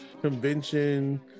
convention